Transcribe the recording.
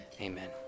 amen